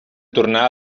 tornar